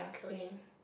clothing